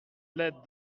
laides